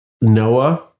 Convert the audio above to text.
Noah